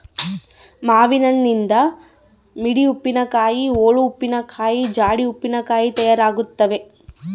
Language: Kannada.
ಮಾವಿನನಿಂದ ಮಿಡಿ ಉಪ್ಪಿನಕಾಯಿ, ಓಳು ಉಪ್ಪಿನಕಾಯಿ, ಜಾಡಿ ಉಪ್ಪಿನಕಾಯಿ ತಯಾರಾಗ್ತಾವ